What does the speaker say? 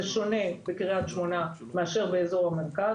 זה שונה בקריית שמונה מאשר באזור המרכז,